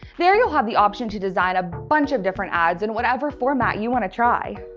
there you'll have the option to design a bunch of different ads in whatever format you want to try.